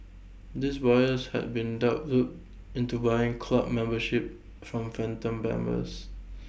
these buyers had been duped into buying club membership from phantom members